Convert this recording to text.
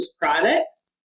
products